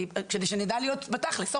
כדי שנדע להיות בתכלס.